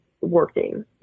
working